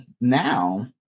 now